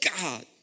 God